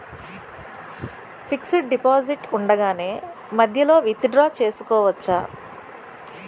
Fixed deposit ఉండగానే మధ్యలో withdraw చేసుకోవచ్చా?